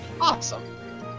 Awesome